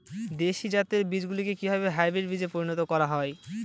দেশি জাতের বীজগুলিকে কিভাবে হাইব্রিড বীজে পরিণত করা হয়?